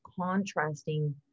contrasting